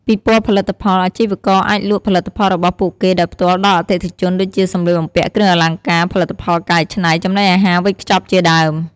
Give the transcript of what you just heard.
ពិព័រណ៍ផលិតផល អាជីវករអាចលក់ផលិតផលរបស់ពួកគេដោយផ្ទាល់ដល់អតិថិជន ដូចជា សំលៀកបំពាក់ គ្រឿងអលង្ការ ផលិតផលកែច្នៃ ចំណីអាហារវេចខ្ចប់ជាដើម។